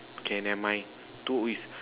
okay never mind two is